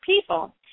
people